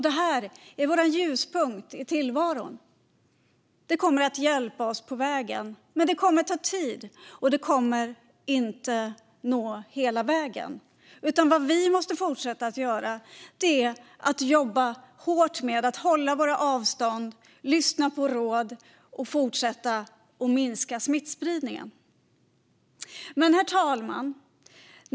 Det är vår ljuspunkt i tillvaron. Det kommer att hjälpa oss på vägen, men det kommer att ta tid och det kommer inte att nå hela vägen. Vad vi måste fortsätta att göra är att jobba hårt med att hålla avstånd, lyssna på råd och fortsätta att minska smittspridningen. Herr talman!